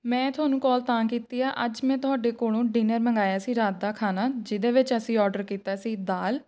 ਮੈਂ ਤੁਹਾਨੂੰ ਕਾਲ ਤਾਂ ਕੀਤੀ ਆ ਅੱਜ ਮੈਂ ਤੁਹਾਡੇ ਕੋਲੋਂ ਡਿਨਰ ਮੰਗਵਾਇਆ ਸੀ ਰਾਤ ਦਾ ਖਾਣਾ ਜਿਹਦੇ ਵਿੱਚ ਅਸੀਂ ਔਡਰ ਕੀਤਾ ਸੀ ਦਾਲ